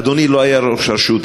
אדוני לא היה ראש רשות,